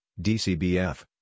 DCBF